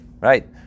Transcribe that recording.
right